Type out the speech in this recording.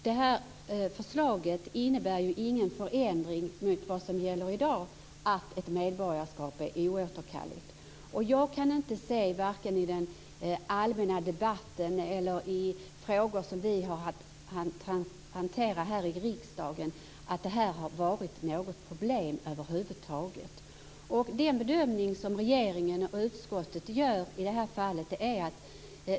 Fru talman! Förslaget innebär ingen förändring av det som gäller i dag, att ett medborgarskap är oåterkalleligt. Jag kan inte se, varken i den allmänna debatten eller i frågor som vi har att hantera här i riksdagen, att det här har varit något problem över huvud taget.